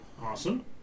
Awesome